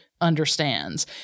understands